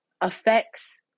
affects